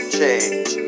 change